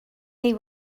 they